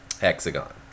Hexagon